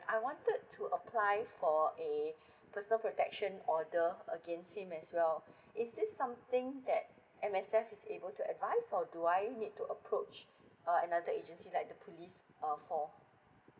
I wanted to apply for a personal protection order agaist him as well is this something that M_S_F is able to advice or do I need to approach uh another agency that the police uh for